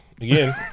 again